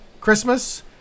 Christmas